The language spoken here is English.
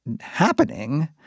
happening